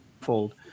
Fold